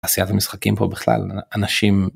תעשיית המשחקים פה בכלל, אנשים